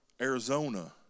Arizona